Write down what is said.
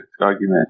argument